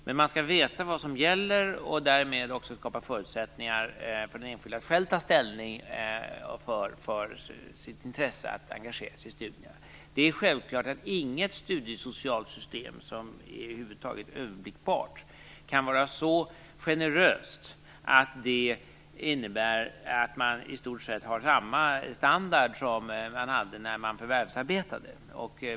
Men man skall veta vad som gäller, och därmed skapas också förutsättningar för den enskilde att själv ta ställning för sitt intresse att engagera sig i studierna. Det är självklart att inget studiesocialt system som är överblickbart kan vara så generöst att det innebär att man i stort sett har samma standard som man hade när man förvärvsarbetade.